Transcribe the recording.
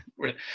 right